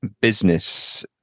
business